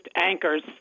anchors